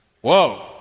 Whoa